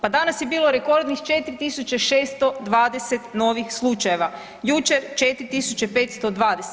Pa danas je bilo rekordnih 4620 novih slučajeva, jučer 4520.